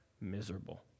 miserable